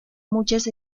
muchas